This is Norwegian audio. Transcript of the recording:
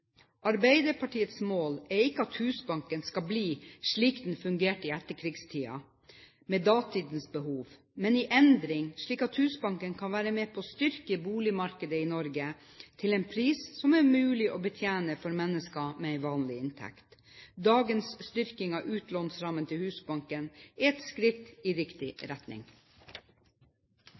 Arbeiderpartiets mål er ikke at Husbanken skal bli slik den fungerte i etterkrigstiden, med datidens behov, men være i endring, slik at Husbanken kan være med på å styrke boligmarkedet i Norge, og til en pris som er mulig å betjene for mennesker med en vanlig inntekt. Dagens styrking av utlånsrammen til Husbanken er et skritt i riktig retning.